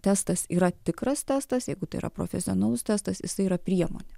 testas yra tikras testas jeigu tai yra profesionalus testas jisai yra priemonė